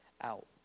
out